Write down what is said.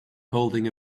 holding